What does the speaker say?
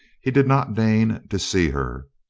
he did not deign to see her.